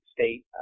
state